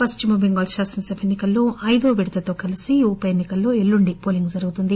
పశ్చిమ బెంగాల్ శాసనసభ ఎన్ని కల్లో అయిదో విడతతో కలిసి ఈ ఉపఎన్ని కల్లో ఎల్లుండి పోలింగ్ జరుగుతుంది